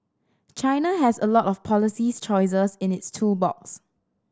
China has a lot of policy choices in its tool box